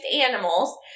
animals